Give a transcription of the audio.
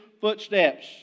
footsteps